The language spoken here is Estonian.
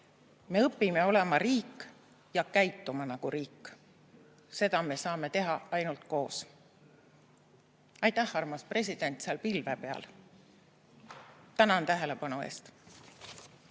Me õpime olema riik ja õpime käituma kui riik. Seda me saame teha ainult koos." Aitäh, armas president, seal pilve peal! Tänan tähelepanu eest!